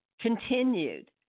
continued